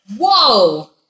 Whoa